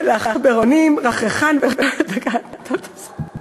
לעכברונים רחרחן, תפסיקו,